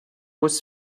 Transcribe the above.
was